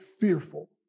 fearful